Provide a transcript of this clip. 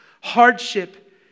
hardship